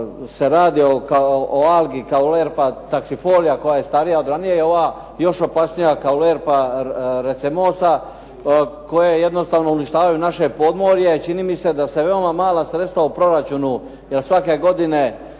se radi o algi kaulerpa taksifolija koja je starija, a od ranije je ova još opasnija kaulerpa recemosa koje jednostavno uništavaju naše podmorje. Čini mi se da se veoma mala sredstva u proračunu, jer svake godine